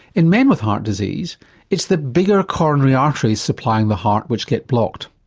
in men with heart disease it's the bigger coronary arteries supplying the heart which get blocked,